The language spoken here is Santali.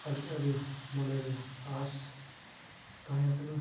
ᱟᱹᱰᱤ ᱟᱹᱰᱤ ᱢᱚᱱᱮ ᱨᱮ ᱟᱸᱥ ᱛᱟᱦᱮᱸ ᱠᱟᱱᱟ